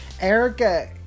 Erica